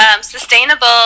Sustainable